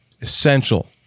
essential